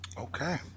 Okay